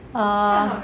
err